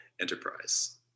enterprise